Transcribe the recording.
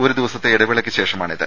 ഒരു ദിവസത്തെ ഇടവേളയ്ക്കു ശേഷമാണിത്